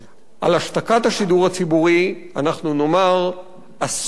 על השתקת השידור הציבורי אנחנו נאמר, אסור.